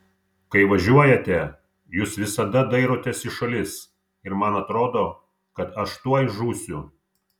kai važiuojate jūs visada dairotės į šalis ir man atrodo kad aš tuoj žūsiu